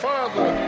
Father